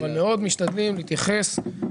אבל מאוד משתדלים להתייחס.